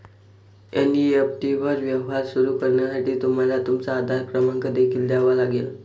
NEFT वर व्यवहार सुरू करण्यासाठी तुम्हाला तुमचा आधार क्रमांक देखील द्यावा लागेल